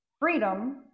Freedom